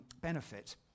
benefit